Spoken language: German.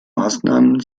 maßnahmen